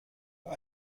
bei